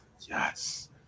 Yes